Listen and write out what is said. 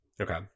Okay